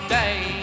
day